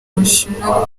bushinwa